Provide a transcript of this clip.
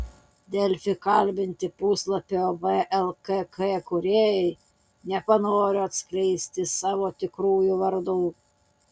delfi kalbinti puslapio vlkk kūrėjai nepanoro atskleisti savo tikrųjų vardų